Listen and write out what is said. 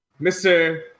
Mr